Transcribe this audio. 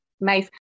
nice